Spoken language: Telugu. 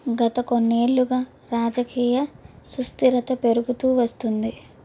గత కొన్నేళ్ళుగా రాజకీయ సుస్థిరత పెరుగుతూ వస్తుంది